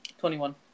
21